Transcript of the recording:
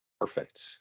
perfect